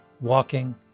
walking